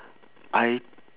I